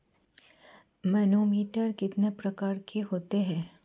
Manometer कितने प्रकार के होते हैं?